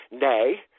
Nay